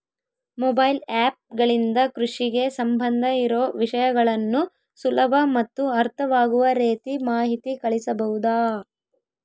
Mobile app ಗಳಿಂದ ಕೃಷಿಗೆ ಸಂಬಂಧ ಇರೊ ವಿಷಯಗಳನ್ನು ಸುಲಭ ಮತ್ತು ಅರ್ಥವಾಗುವ ರೇತಿ ಮಾಹಿತಿ ಕಳಿಸಬಹುದಾ?